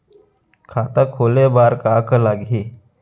खाता खोले बार का का लागही?